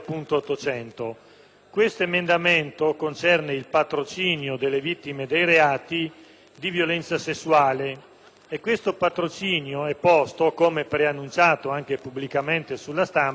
di violenza sessuale, che è posto - come preannunciato anche pubblicamente sulla stampa - a carico dello Stato. Noi abbiamo predisposto una serie di subemendamenti